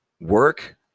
work